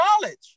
knowledge